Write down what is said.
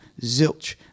zilch